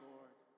Lord